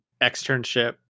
externship